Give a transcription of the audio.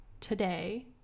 today